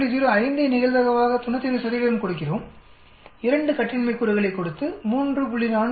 05 ஐ நிகழ்தகவாக 95 கொடுக்கிறோம்2 கட்டின்மை கூறுகளைக் கொடுத்து 3